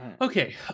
okay